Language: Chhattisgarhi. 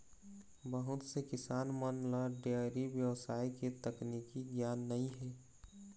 बहुत से किसान मन ल डेयरी बेवसाय के तकनीकी गियान नइ हे